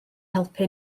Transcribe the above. helpu